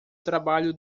trabalho